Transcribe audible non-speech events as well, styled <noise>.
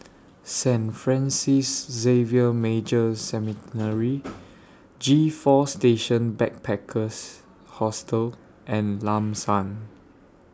Saint Francis Xavier Major Seminary <noise> G four Station Backpackers Hostel and Lam San